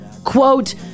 Quote